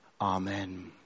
Amen